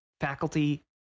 faculty